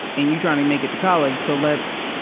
and you trying to make it to college, so let's